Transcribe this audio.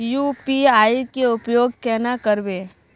UPI के उपयोग केना करबे?